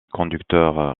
conducteurs